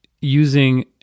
using